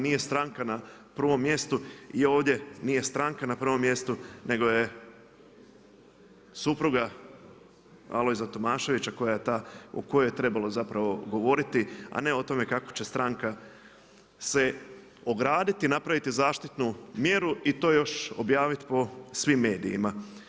Nije stranka na prvom mjestu i ovdje nije stranka na prvom mjestu nego je supruga Alojza Tomaševića o kojoj je trebalo govoriti, a ne o tome kako će stranka se ograditi i napraviti zaštitnu mjeru i to još objaviti po svim medijima.